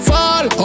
Fall